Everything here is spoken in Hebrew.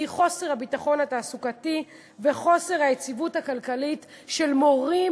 חוסר הביטחון התעסוקתי וחוסר היציבות הכלכלית של מורים